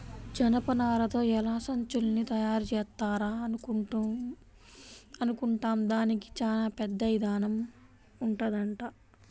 జనపనారతో ఎలా సంచుల్ని తయారుజేత్తారా అనుకుంటాం, దానికి చానా పెద్ద ఇదానం ఉంటదంట